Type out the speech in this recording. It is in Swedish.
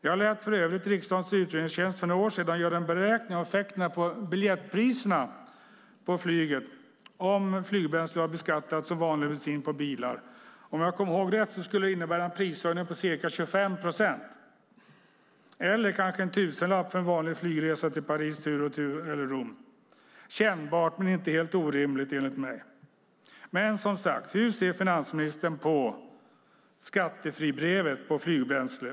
För några år sedan lät jag riksdagens utredningstjänst göra en beräkning av effekterna på biljettpriserna på flyget om flygbränslet vore beskattat som vanlig bensin till bilar. Om jag kommer ihåg rätt skulle det innebära en prishöjning på ca 25 procent eller kanske en tusenlapp på en vanlig flygresa till Paris eller Rom tur och retur - kännbart men inte helt orimligt, enligt mig. Hur ser finansministern på skattefribrevet på flygbränsle?